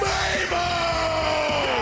Mabel